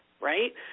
right